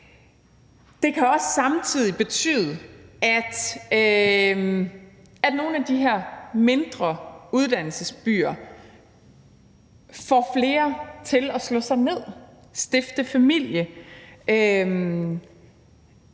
Det kan også samtidig betyde, at nogle af de her mindre uddannelsesbyer får flere til at slå sig ned og stifte familie,